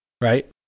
right